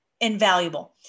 invaluable